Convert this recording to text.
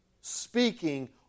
Speaking